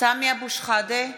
סמי אבו שחאדה,